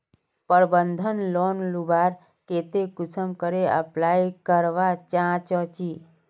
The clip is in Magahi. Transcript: प्रबंधन लोन लुबार केते कुंसम करे अप्लाई करवा चाँ चची?